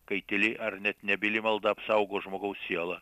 kai tyli ar net nebyli malda apsaugo žmogaus sielą